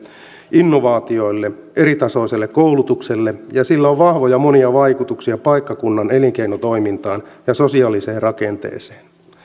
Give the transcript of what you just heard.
innovaatioille eri tasoiselle koulutukselle ja sillä on monia vahvoja vaikutuksia paikkakunnan elinkeinotoimintaan ja sosiaaliseen rakenteeseen